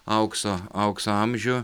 aukso aukso amžių